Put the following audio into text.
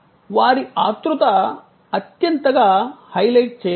వారి ఆత్రుత అత్యంతగా హైలైట్ చేయబడింది